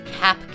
Cap